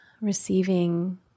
receiving